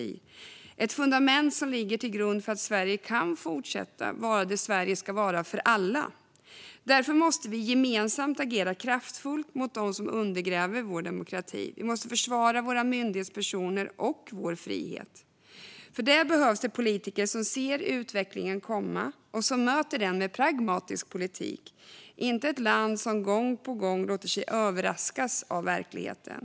Det är ett fundament som ligger till grund för att Sverige kan fortsätta vara det Sverige ska vara för alla. Därför måste vi gemensamt agera kraftfullt mot dem som undergräver vår demokrati. Vi måste försvara våra myndighetspersoner och vår frihet. För detta behövs det politiker som ser utvecklingen komma och som möter den med pragmatisk politik, inte ett land som gång på gång låter sig överraskas av verkligheten.